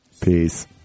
Peace